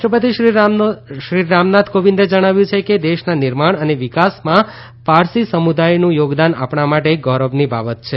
રાષ્ટ્રપતિ શ્રી રામનાથ કોવિંદે જણાવ્યું છે કે દેશના નિર્માણ અને વિકાસમાં પારસી સમુદાયનું યોગદાન આપણા માટે ગૌરવની બાબત છે